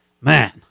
man